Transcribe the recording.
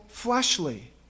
fleshly